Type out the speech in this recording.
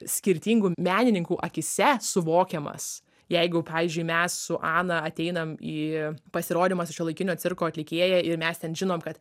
skirtingų menininkų akyse suvokiamas jeigu pavyzdžiui mes su ana ateinam į pasirodymą su šiuolaikinio cirko atlikėja ir mes ten žinom kad